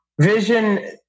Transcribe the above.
vision